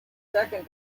second